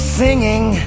singing